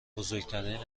بزرگترین